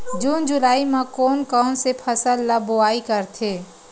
जून जुलाई म कोन कौन से फसल ल बोआई करथे?